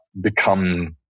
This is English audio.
become